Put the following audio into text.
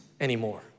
anymore